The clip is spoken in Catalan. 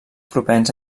propens